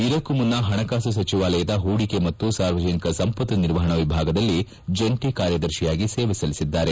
ಇದಕ್ಕೂ ಮುನ್ನ ಪಣಕಾಸು ಸಚಿವಾಲಯದ ಪೂಡಿಕೆ ಮತ್ತು ಸಾರ್ವಜನಿಕ ಸಂಪತ್ತು ನಿರ್ವಹಣಾ ವಿಭಾಗದಲ್ಲಿ ಜಂಟಿ ಕಾರ್ಯದರ್ಶಿಯಾಗಿ ಸೇವೆ ಸಲ್ಲಿಸಿದ್ದಾರೆ